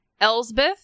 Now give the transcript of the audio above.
Elsbeth